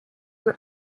were